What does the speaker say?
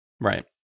right